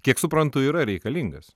kiek suprantu yra reikalingas